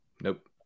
nope